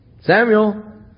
Samuel